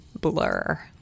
blur